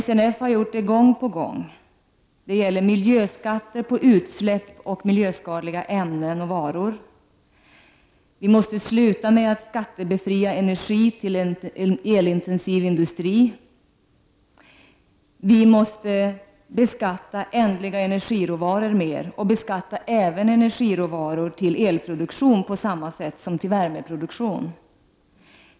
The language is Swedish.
SNF har gjort det gång på gång. Det gäller miljöskatt på utsläpp och miljöskadliga ämnen och varor. Vi måste sluta med att skattebefria energi till elintensiv industri. Vi måste beskatta ändliga energiråvaror och beskatta även råvaror till elproduktion på samma sätt som råvaror till värmeproduktion.